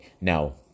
Now